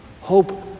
hope